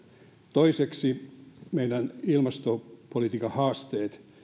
toiseksi meidän ilmastopolitiikan haasteet